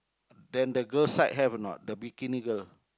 then that girl side have or not the bikini girl